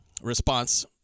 response